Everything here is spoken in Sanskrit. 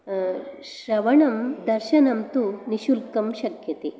श्रवणं दर्शनं तु निशुल्कं शक्यते